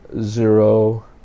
zero